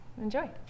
enjoy